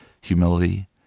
humility